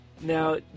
Now